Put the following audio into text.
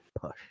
push